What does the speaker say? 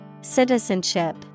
Citizenship